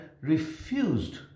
refused